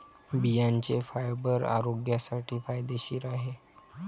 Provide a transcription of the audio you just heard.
बियांचे फायबर आरोग्यासाठी फायदेशीर आहे